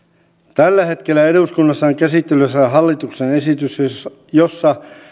tällä hetkellä eduskunnassa on käsittelyssä hallituksen esitys jossa jossa